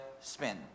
Spin